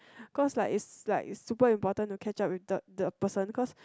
cause like is like is super important to catch up with the the person because